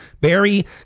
barry